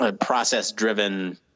process-driven